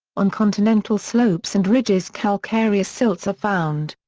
on continental slopes and ridges calcareous silts are found.